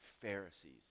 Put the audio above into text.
Pharisees